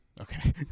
Okay